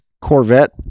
Corvette